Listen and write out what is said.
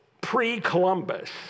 pre-Columbus